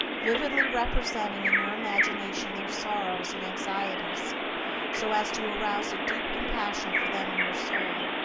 vividly representing in your imagination their sorrows and anxieties so as to arouse a deep compassion for them in your soul.